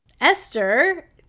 Esther